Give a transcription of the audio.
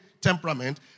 temperament